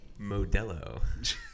Modelo